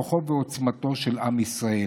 כוחו ועוצמתו של עם ישראל.